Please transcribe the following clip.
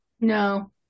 No